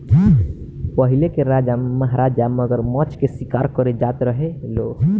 पहिले के राजा महाराजा मगरमच्छ के शिकार करे जात रहे लो